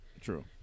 True